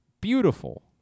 Beautiful